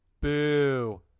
Boo